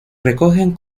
recogen